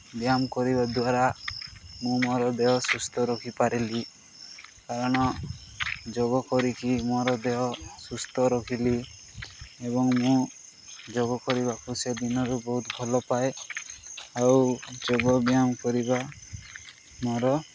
ବ୍ୟାୟାମ କରିବା ଦ୍ୱାରା ମୁଁ ମୋର ଦେହ ସୁସ୍ଥ ରଖିପାରିଲି କାରଣ ଯୋଗ କରିକି ମୋର ଦେହ ସୁସ୍ଥ ରଖିଲି ଏବଂ ମୁଁ ଯୋଗ କରିବାକୁ ସେ ଦିନରୁ ବହୁତ ଭଲପାଏ ଆଉ ଯୋଗ ବ୍ୟାୟାମ କରିବା ମୋର